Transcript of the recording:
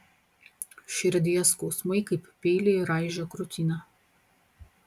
širdies skausmai kaip peiliai raižė krūtinę